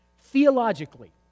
theologically